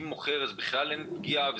אם מוכר אז בכלל אין פגיעה.